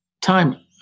time